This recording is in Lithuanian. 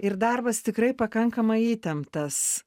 ir darbas tikrai pakankamai įtemptas